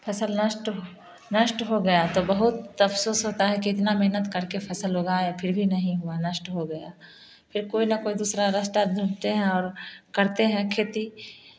फसल नष्ट नष्ट हो गया तो बहुत अफसोस होता है कि इतना मेहनत करके फसल लगा है फिर भी नहीं हुआ नष्ट हो गया फिर कोई ना कोई दूसरा रास्ता ढूँढते हैं और करते हैं खेती